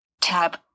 tab